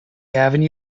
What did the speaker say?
avenue